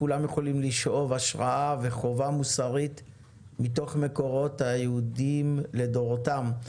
כולם יכולים לשאוב השראה וחובה מוסרית מתוך המקורות היהודיים לדורותיהם.